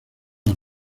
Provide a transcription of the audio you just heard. las